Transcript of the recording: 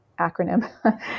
acronym